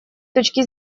точки